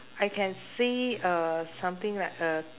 I can see uh something like a